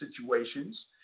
situations